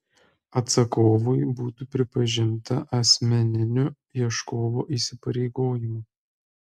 atsakovui būtų pripažinta asmeniniu ieškovo įsipareigojimu